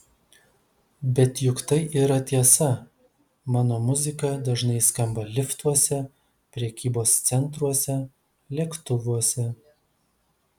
bet juk tai yra tiesa mano muzika dažnai skamba liftuose prekybos centruose lėktuvuose